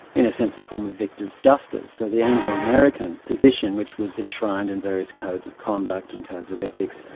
in a sense, a form of victor's justice, so the anglo-american position, which was enshrined in various codes of conduct and codes of ethics,